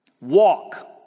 Walk